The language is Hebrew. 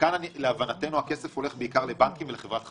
כאן להבנתו הכסף הולך בעיקר לבנקים ולחברת חשמל,